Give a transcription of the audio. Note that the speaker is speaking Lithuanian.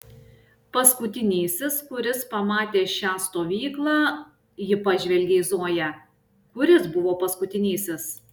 paskutinysis kuris pamatė šią stovyklą ji pažvelgė į zoją kuris buvo paskutinysis